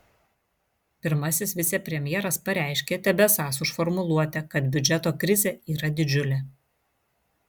pirmasis vicepremjeras pareiškė tebesąs už formuluotę kad biudžeto krizė yra didžiulė